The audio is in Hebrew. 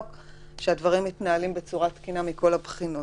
שהדברים מתנהלים בצורה תקינה מכל הבחינות.